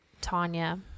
Tanya